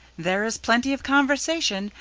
there is plenty of conversation,